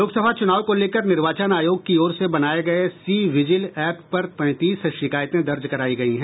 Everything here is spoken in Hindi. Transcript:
लोकसभा चुनाव को लेकर निर्वाचन आयोग की ओर से बनाये गये सी विजिल एप पर तैंतीस शिकायतें दर्ज करायी गयी हैं